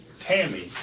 Tammy